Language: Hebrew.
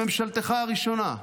בממשלתך הראשונה,